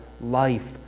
life